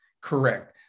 correct